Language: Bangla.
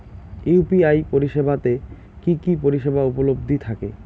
ইউ.পি.আই পরিষেবা তে কি কি পরিষেবা উপলব্ধি থাকে?